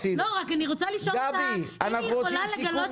אני רוצה לשאול אותה אם היא יכולה לגלות